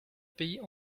payer